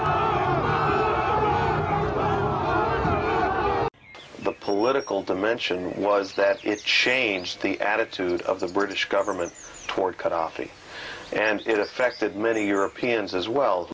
the political dimension was that it changed the attitude of the british government toward cut off and it affected many europeans as well